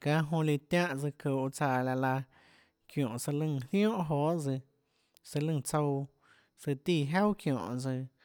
çánhã jonã líã tiánhã tsøã çuhå tsaå laã laã çiónhå søã lùnã ziónhà joê tsøã søã lùnã tsouã tíã juaà çiónhå søã